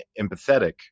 empathetic